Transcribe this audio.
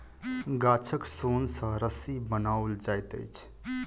गाछक सोन सॅ रस्सी बनाओल जाइत अछि